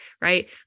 right